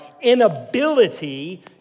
inability